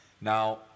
Now